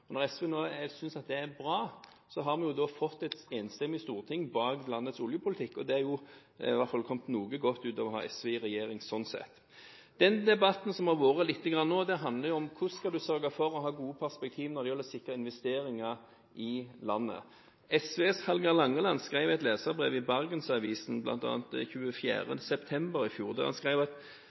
oljeinvesteringene. Når SV nå synes at det er bra, har vi jo fått et enstemmig storting bak landets oljepolitikk. Da er det i hvert fall kommet noe godt ut av å ha SV i regjering, sånn sett. Den debatten som har vært nå, handler om: Hvordan skal du sørge for å ha gode perspektiver for å sikre investeringer i landet? SVs Hallgeir H. Langeland skrev bl.a. et leserbrev i Bergensavisen den 24. september i fjor. Han skrev: